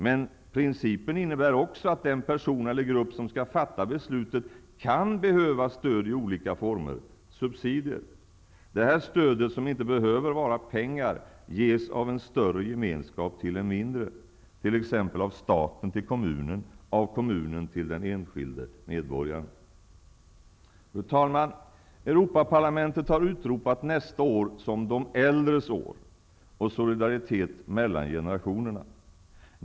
Men principen innebär också att den person eller grupp som skall fatta beslutet kan behöva stöd i olika former, subsidier. Det här stödet, som inte behöver vara pengar, ges av en större gemenskap till en mindre, t.ex. av staten till kommunen, av kommunen till den enskilde medborgaren. Fru talman! Europaparlamentet har utropat nästa år som de äldres år och som ett år för solidaritet mellan generationerna.